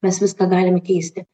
mes viską galime keisti